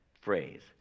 phrase